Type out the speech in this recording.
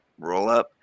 rollup